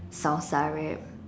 salsa wrap